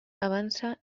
avança